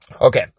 Okay